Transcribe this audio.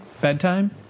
Bedtime